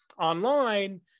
online